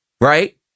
right